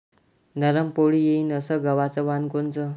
नरम पोळी येईन अस गवाचं वान कोनचं?